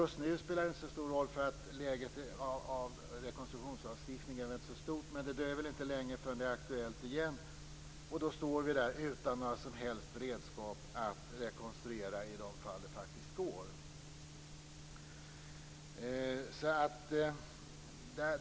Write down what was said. Just nu spelar det inte så stor roll, för behovet av rekonstruktionslagstiftning är inte så stort. Men det dröjer väl inte länge förrän det är aktuellt igen, och då står vi där utan några som helst redskap för att rekonstruera i de fall det faktiskt går.